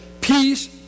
peace